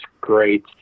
great